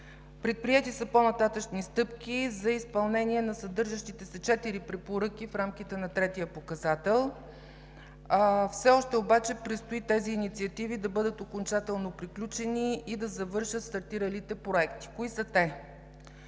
Предприети са по-нататъшни стъпки за изпълнение на съдържащите се четири препоръки в рамките на третия показател. Все още обаче предстои тези инициативи да бъдат окончателно приключени и да завършат стартиралите проекти. Кои са те?